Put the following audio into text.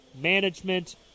management